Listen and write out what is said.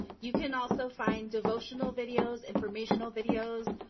you can also find devotional videos, informational videos,